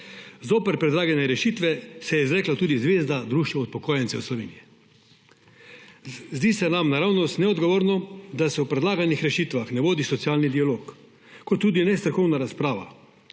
Zoper predlagane rešitve se je izrekla tudi Zveza društvo upokojencev Slovenije. Zdi se nam naravnost neodgovorno, da se o predlaganih rešitvah ne vodita socialni dialog niti strokovna razprava.